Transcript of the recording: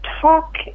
talk